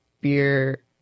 beer